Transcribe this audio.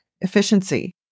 efficiency